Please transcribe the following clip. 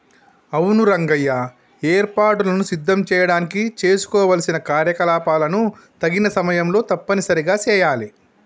అవును రంగయ్య ఏర్పాటులను సిద్ధం చేయడానికి చేసుకోవలసిన కార్యకలాపాలను తగిన సమయంలో తప్పనిసరిగా సెయాలి